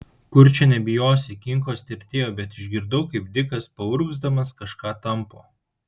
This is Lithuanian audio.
kur čia nebijosi kinkos tirtėjo bet išgirdau kaip dikas paurgzdamas kažką tampo